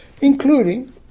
including